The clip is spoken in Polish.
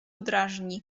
drażni